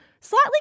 Slightly